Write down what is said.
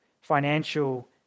financial